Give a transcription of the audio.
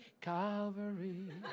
Calvary